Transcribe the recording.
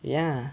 ya